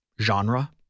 genre